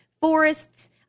Forests